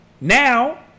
now